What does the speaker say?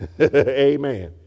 Amen